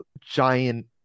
giant